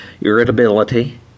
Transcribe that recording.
irritability